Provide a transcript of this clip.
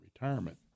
retirement